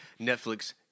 Netflix